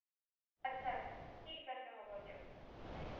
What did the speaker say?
আচ্ছা আচ্ছা ঠিক আছে হ'ব দিয়ক ৰাখিছোঁ